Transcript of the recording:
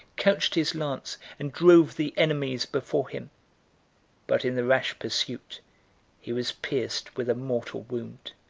couched his lance, and drove the enemies before him but in the rash pursuit he was pierced with a mortal wound